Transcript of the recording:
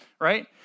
Right